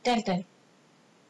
tell tell